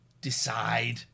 decide